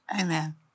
Amen